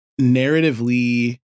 narratively